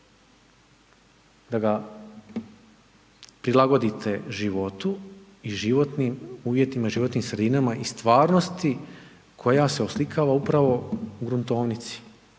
da ga prilagoditi životu i životnim uvjetima i životnim sredinama i stvarnosti koja se oslikava uprava u gruntovnici,